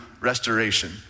restoration